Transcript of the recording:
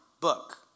book